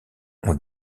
ont